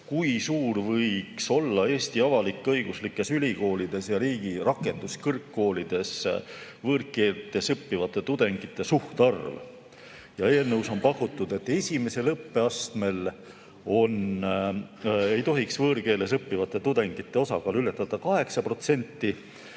kui suur võiks olla Eesti avalik-õiguslikes ülikoolides ja riigi rakenduskõrgkoolides võõrkeeles õppivate tudengite suhtarv. Eelnõus on pakutud, et esimesel õppeastmel ei tohiks võõrkeeles õppivate tudengite osakaal ületada 8%,